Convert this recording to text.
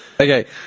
Okay